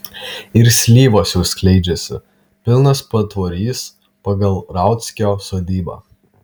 ir slyvos jau skleidžiasi pilnas patvorys pagal rauckio sodybą